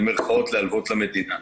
במירכאות, להלוות למדינה.